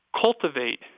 cultivate